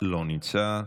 לא נמצא,